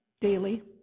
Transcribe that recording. daily